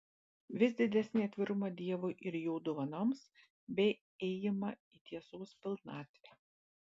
vis didesnį atvirumą dievui ir jo dovanoms bei ėjimą į tiesos pilnatvę